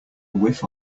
whiff